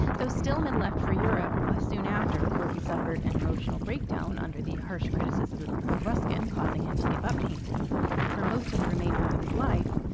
though stillman left for europe ah soon after, where he suffered an emotional breakdown under the harsh criticism of ruskin, causing him to give up painting for most of the remainder of his life,